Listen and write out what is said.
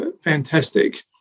fantastic